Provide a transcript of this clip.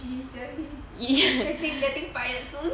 G_G jia li I think he's getting fired soon